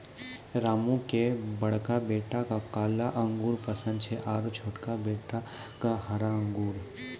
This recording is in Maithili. रामू के बड़का बेटा क काला अंगूर पसंद छै आरो छोटका बेटा क हरा अंगूर